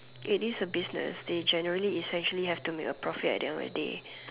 it is a business they generally essentially have to make a profit at the end of the day